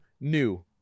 new